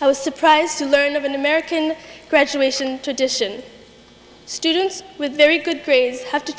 i was surprised to learn of an american graduation tradition students with very good grades have to